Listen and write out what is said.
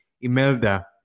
imelda